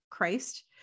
Christ